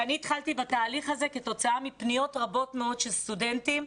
אני התחלתי בתהליך הזה כתוצאה מפניות רבות מאוד של סטודנטים.